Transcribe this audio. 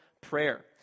Prayer